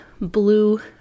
blue